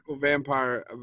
vampire